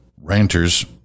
ranters